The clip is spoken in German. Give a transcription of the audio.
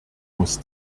muss